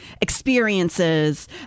experiences